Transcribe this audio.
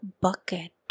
bucket